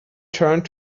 turned